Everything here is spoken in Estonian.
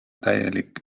täielik